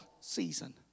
season